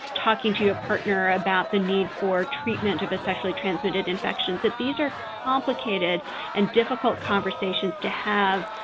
talking to your partner about the need for treatment of a sexually transmitted infection. that these are complicated and difficult conversations to have,